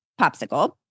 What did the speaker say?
popsicle